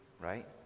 right